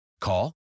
Call